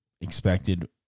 expected